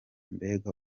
mbega